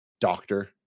Doctor